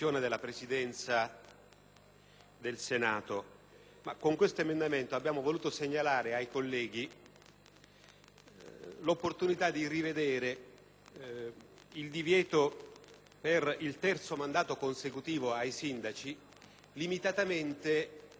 l'opportunità di rivedere il divieto del terzo mandato consecutivo dei sindaci limitatamente ai piccoli Comuni. Naturalmente per i Comuni di maggiori dimensioni il problema assume delle valenze